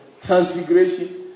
transfiguration